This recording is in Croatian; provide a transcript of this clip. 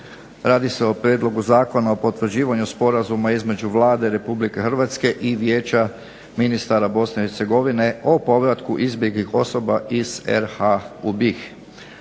Radi se o Prijedlogu zakona o potvrđivanju Sporazuma između Vlade Republike Hrvatske i Vijeća ministara Bosne i Hercegovine o povratku izbjeglih osoba iz RH u BiH.